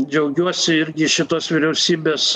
džiaugiuosi irgi šitos vyriausybės